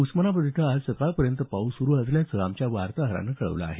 उस्मानाबाद इथं आज सकाळपर्यंत पाऊस सुरू असल्याचं आमच्या वार्ताहरानं कळवलं आहे